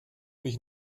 mich